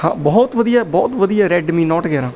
ਹਾਂ ਬਹੁਤ ਵਧੀਆ ਬਹੁਤ ਵਧੀਆ ਰੈੱਡਮੀ ਨੌਟ ਗਿਆਰਾਂ